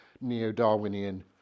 Neo-Darwinian